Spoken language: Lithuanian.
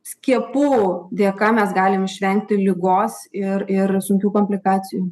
skiepų dėka mes galim išvengti ligos ir ir sunkių komplikacijų